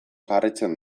jarraitzen